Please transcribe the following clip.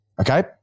Okay